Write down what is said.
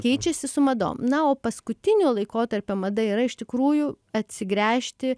keičiasi su madom na o paskutinio laikotarpio mada yra iš tikrųjų atsigręžti